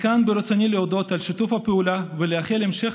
מכאן ברצוני להודות על שיתוף הפעולה ולאחל המשך